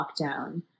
lockdown